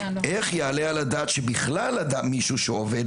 איך יעלה על הדעת שבכלל מישהו שעובד